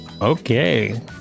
okay